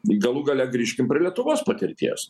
galų gale grįžkim prie lietuvos patirties